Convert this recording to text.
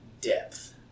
Depth